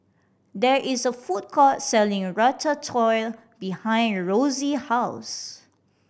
there is a food court selling Ratatouille behind Rosey house